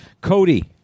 Cody